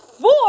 four